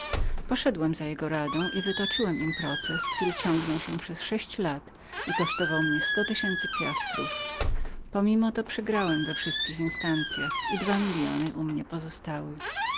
poszedłem za jego radą i wytoczyłem im proces który ciągnął się przez sześć lat i kosztował mnie przeszło sto tysięcy piastrów pomimo to przegrałem we wszystkich instancyach i dwa miliony u mnie pozostały